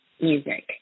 music